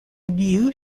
liu